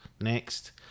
Next